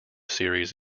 series